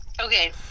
Okay